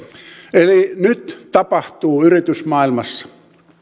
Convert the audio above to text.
eli nyt tapahtuu yritysmaailmassa